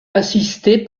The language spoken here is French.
assisté